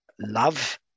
love